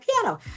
piano